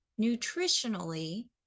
nutritionally